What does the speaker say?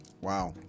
Wow